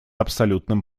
абсолютным